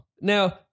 Now